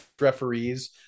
referees